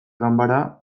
ganbara